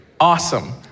Awesome